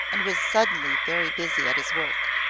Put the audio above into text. and was suddenly very busy at his work.